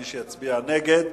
מי שיצביע נגד,